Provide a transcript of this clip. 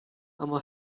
اما